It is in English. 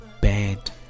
bad